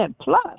plus